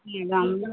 ली गाममे